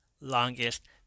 longest